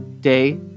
Day